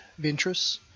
Ventress